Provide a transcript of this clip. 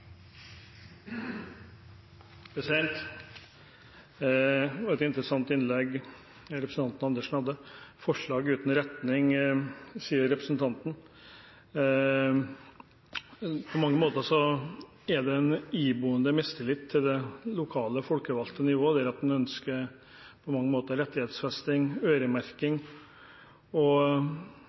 interessant innlegg representanten Andersen hadde. Forslag uten retning, sier representanten. På mange måter er det en iboende mistillit til det lokale folkevalgte nivå når en ønsker